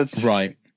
Right